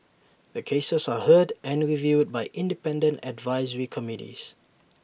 the cases are heard and reviewed by independent advisory committees